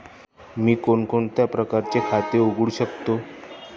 मी कोणकोणत्या प्रकारचे खाते उघडू शकतो?